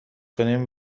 کنیم